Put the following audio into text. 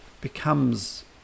becomes